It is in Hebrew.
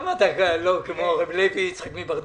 למה אתה לא כמו רב לוי יצחק מברדיצ'ב,